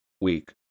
week